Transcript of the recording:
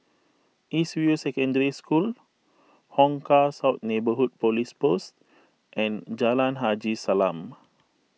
East View Secondary School Hong Kah South Neighbourhood Police Post and Jalan Haji Salam